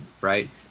right